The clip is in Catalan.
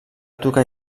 tocar